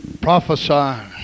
Prophesy